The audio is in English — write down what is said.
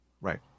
Right